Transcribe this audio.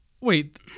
Wait